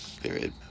period